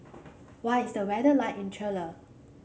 what is the weather like in Chile